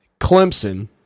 Clemson